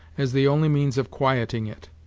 as the only means of quieting it.